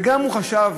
וגם הוא חשב,